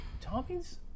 Tommy's